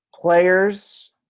Players